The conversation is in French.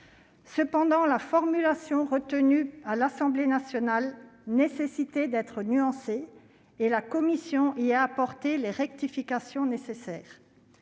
Cependant, la formulation retenue à l'Assemblée nationale nécessitant d'être nuancée, la commission y a apporté les rectifications nécessaires.